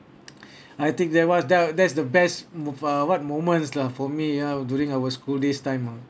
I think never doubt that's the best mo~ uh what moments lah for me ah during our school days time ah